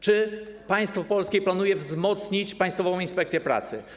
Czy państwo polskie planuje wzmocnić Państwową Inspekcję Pracy?